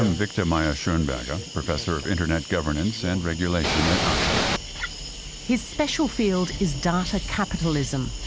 and victim i assume bagging professor of internet governance and regulation at oxford his special field is data capitalism.